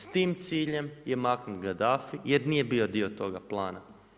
S tim ciljem je maknut Gaddafi, jer nije bio dio toga plana.